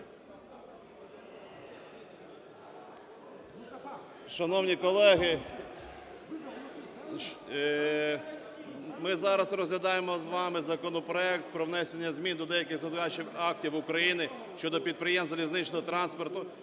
Шановні колеги! Ми зараз розглядаємо з вами законопроект про внесення змін до деяких законодавчих актів України щодо підприємств залізничного транспорту,